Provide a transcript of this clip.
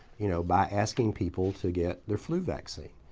you know, by asking people to get their flu vaccine?